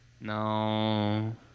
no